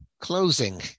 Closing